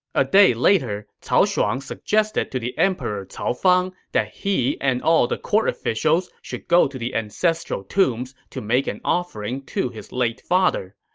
a day later, cao shuang suggested to the emperor cao fang that he and all the court officials should go to the ancestral tombs to make an offering to his late father.